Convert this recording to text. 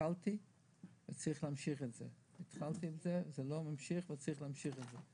התחלתי עם זה, זה לא ממשיך וצריך להמשיך את זה.